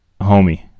Homie